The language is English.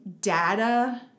data